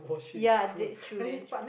yeah that's true that's true